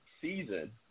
season